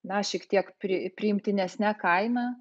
na šiek tiek pri priimtinesne kaina